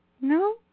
no